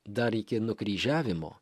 dar iki nukryžiavimo